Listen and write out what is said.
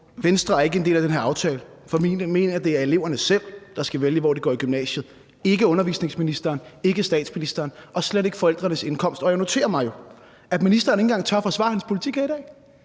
Venstre er ikke en del af den her aftale, for vi mener, at det er eleverne selv, der skal vælge, hvor de går i gymnasiet – ikke undervisningsministeren, ikke statsministeren, og det skal slet ikke være forældrenes indkomst. Og jeg noterer mig jo, at ministeren ikke engang tør forsvare sin politik her i dag.